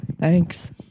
Thanks